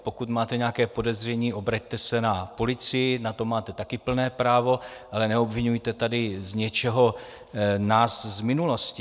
Pokud máte nějaké podezření, obraťte se na policii, na to máte také plné právo, ale neobviňujte tady z něčeho nás z minulosti.